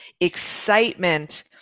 excitement